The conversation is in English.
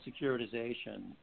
securitization